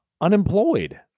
unemployed